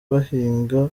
bahinga